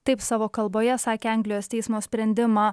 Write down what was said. taip savo kalboje sakė anglijos teismo sprendimą